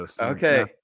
Okay